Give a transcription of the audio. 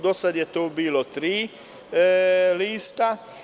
Do sada su bila tri lista.